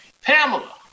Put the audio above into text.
Pamela